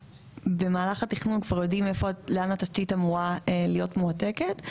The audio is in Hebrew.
שבמהלך התכנון כבר יודעים איפה ולאן התשתית אמורה להיות מועתקת,